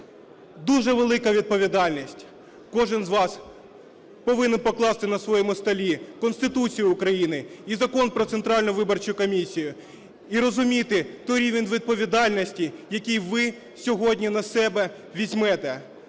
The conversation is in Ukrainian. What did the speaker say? дуже велика відповідальність, кожен із вас повинен покласти на своєму столі Конституцію України і Закон "Про Центральну виборчу комісію" і розуміти той рівень відповідальності, який ви сьогодні на себе візьмете.